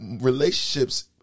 relationships